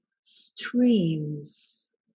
streams